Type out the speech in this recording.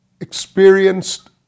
experienced